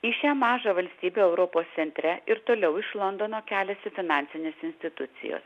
į šią mažą valstybę europos centre ir toliau iš londono keliasi finansinės institucijos